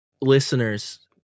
listeners